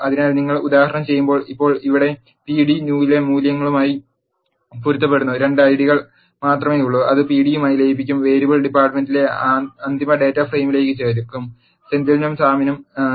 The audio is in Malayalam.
അതിനാൽ നിങ്ങൾ ഉദാഹരണം ചെയ്യുമ്പോൾ ഇപ്പോൾ ഇവിടെ pd new ലെ മൂല്യങ്ങളുമായി പൊരുത്തപ്പെടുന്ന 2 ഐഡികൾ മാത്രമേയുള്ളൂ അത് pd യുമായി ലയിപ്പിക്കും വേരിയബിൾ ഡിപ്പാർട്ട്മെന്റ് അന്തിമ ഡാറ്റാ ഫ്രെയിമിലേക്ക് ചേർക്കും സെന്തിലിനും സാമിനും മാത്രം